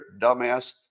dumbass